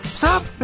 stop